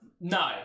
No